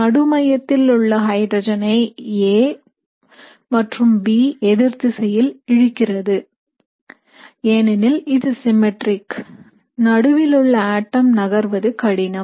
நடு மையத்தில் உள்ள ஹைட்ரஜன் ஐ A மற்றும் B எதிர்திசையில் இழுக்கிறது ஏனெனில் இது சிம்மேற்றிக் நடுவிலுள்ள ஆட்டம் நகர்வது கடினம்